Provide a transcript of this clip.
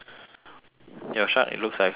your shark it looks like a baby shark